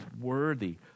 worthy